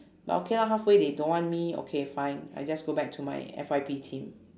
but okay lor halfway they don't want me okay fine I just go back to my F_Y_P team